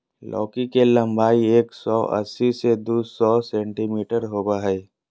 लौकी के लम्बाई एक सो अस्सी से दू सो सेंटीमिटर होबा हइ